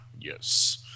Yes